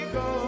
go